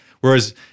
Whereas